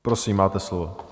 Prosím, máte slovo.